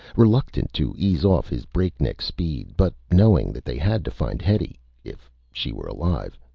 reluctant to ease off his breakneck speed but knowing that they had to find hetty if she were alive.